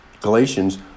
Galatians